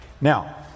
Now